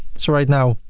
so right now,